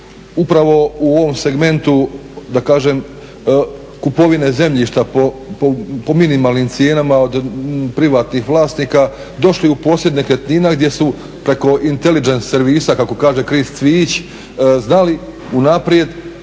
upravo u ovom segmentu da kažem kupovine zemljišta po minimalnim cijenama od privatnih vlasnika došli u posjed nekretnina gdje su preko inteligence servisa kako kaže …/Govornik se